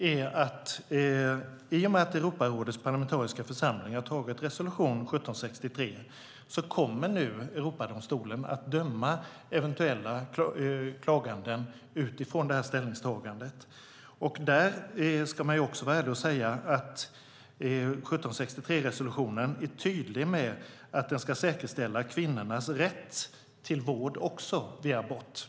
Fru talman! I och med att Europarådets parlamentariska församling har antagit resolution 1763 kommer Europadomstolen nu att döma eventuella överklaganden utifrån detta ställningstagande. Där ska vi också vara ärliga och säga att 1763-resolutionen är tydlig med att även kvinnornas rätt till vård vid abort ska säkerställas.